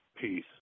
Peace